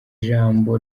jambo